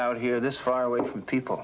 out here this far away from people